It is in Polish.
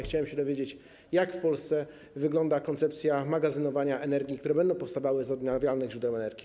Chciałbym się dowiedzieć, jak w Polsce wygląda koncepcja magazynowania energii, która będzie powstawała z odnawialnych źródeł energii.